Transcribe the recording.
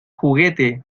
juguete